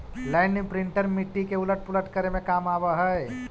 land imprinter मिट्टी के उलट पुलट करे में काम आवऽ हई